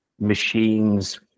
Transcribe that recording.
machines